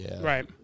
Right